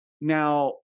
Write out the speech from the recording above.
Now